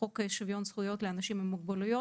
חוק שוויון זכויות לאנשים עם מוגבלות.